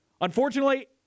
Unfortunately